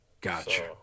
Gotcha